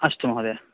अस्तु महोदय